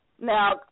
Now